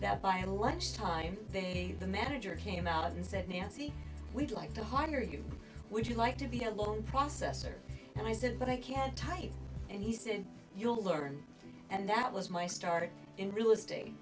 that by lunchtime the manager came out and said nancy we'd like to hire you would you like to be a loan processor and i said but i can't tie you and he said you'll learn and that was my start in real estate